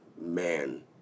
Man